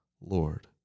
Lord